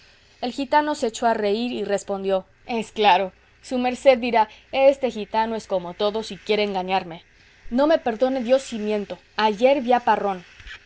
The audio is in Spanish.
el gitano se echó a reír y respondió es claro su merced dirá este gitano es como todos y quiere engañarme no me perdone dios si miento ayer ví a parrón